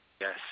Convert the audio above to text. Yes